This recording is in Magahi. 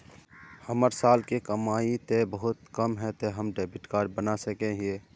हमर साल के कमाई ते बहुत कम है ते हम डेबिट कार्ड बना सके हिये?